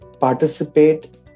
participate